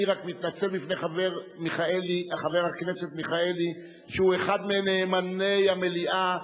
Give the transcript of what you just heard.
אני רק מתנצל בפני חבר הכנסת מיכאלי שהוא אחד מנאמני המליאה,